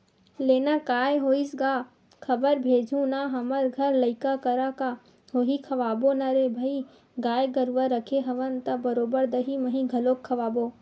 लेना काय होइस गा खबर भेजहूँ ना हमर घर लइका करा का होही खवाबो ना रे भई गाय गरुवा रखे हवन त बरोबर दहीं मही घलोक खवाबो